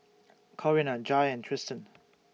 Corinna Jair and Tristan